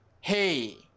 hey